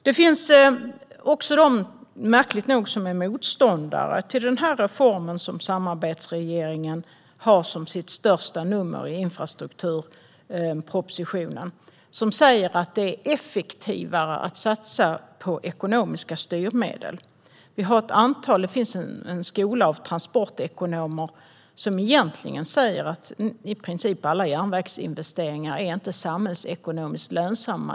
Det finns också, märkligt nog, de som är motståndare till den här reformen som samarbetsregeringen har som sitt största nummer i infrastrukturpropositionen. De säger att det är effektivare att satsa på ekonomiska styrmedel. Det finns en skola av transportekonomer som säger att i princip inga järnvägsinvesteringar är samhällsekonomiskt lönsamma.